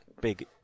big